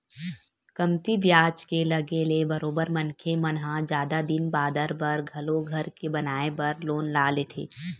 कमती बियाज के लगे ले बरोबर मनखे मन ह जादा दिन बादर बर घलो घर के बनाए बर लोन ल लेथे